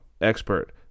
expert